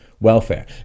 welfare